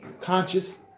conscious